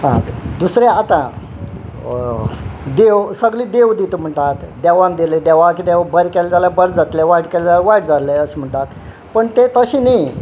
आ दुसरें आतां देव सगलें देव दित म्हणटात देवान दिले देवा किदें बरें केलें जाल्यार बरें जातले वायट केले जाल्या वायट जाले अशें म्हणटात पण ते तशें न्ही